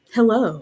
Hello